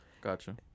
Gotcha